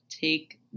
take